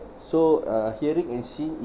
so uh hearing and seeing